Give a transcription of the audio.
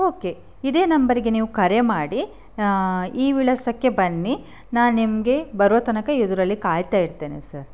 okay ಇದೇ ನಂಬರಿಗೆ ನೀವು ಕರೆ ಮಾಡಿ ಈ ವಿಳಾಸಕ್ಕೆ ಬನ್ನಿ ನಾನು ನಿಮಗೆ ಬರುವ ತನಕ ಎದುರಲ್ಲಿ ಕಾಯ್ತಾ ಇರ್ತೇನೆ ಸರ್